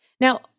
Now